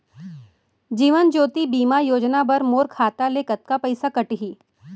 जीवन ज्योति बीमा योजना बर मोर खाता ले कतका पइसा कटही?